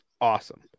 awesome